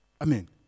Amen